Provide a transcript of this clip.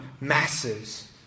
masses